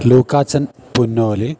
Lukachan പുന്നോലിൽ